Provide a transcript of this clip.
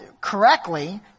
correctly